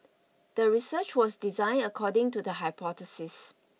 the research was designed according to the hypothesis